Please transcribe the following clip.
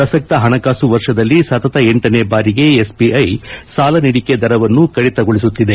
ಪ್ರಸಕ್ತ ಹಣಕಾಸು ವರ್ಷದಲ್ಲಿ ಸತತ ಲನೇ ಬಾರಿಗೆ ಎಸ್ಬಿಐ ಸಾಲ ನೀಡಿಕೆ ದರವನ್ನು ಕಡಿತಗೊಳಿಸುತ್ತಿದೆ